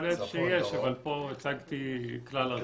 יכול להיות שיש, אבל פה הצגתי כלל ארצי.